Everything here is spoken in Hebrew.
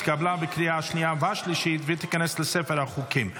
התקבלה בקריאה השנייה והשלישית ותיכנס לספר החוקים.